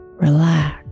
relax